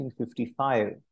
1955